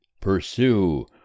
Pursue